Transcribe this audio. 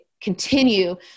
continue